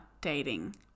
dating